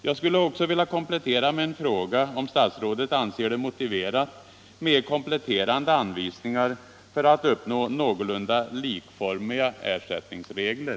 Jag skulle också vilja fråga om statsrådet anser det motiverat med kompletterande anvisningar för att uppnå någorlunda likformiga ersättningsregler.